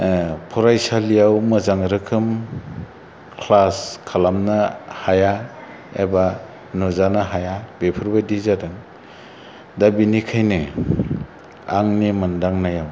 फरायसालिआव मोजां रोखोम ख्लास खालामनो हाया एबा नुजानो हाया बेफोरबायदि जादों दा बिनिखायनो आंनि मोन्दांनायाव